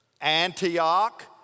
Antioch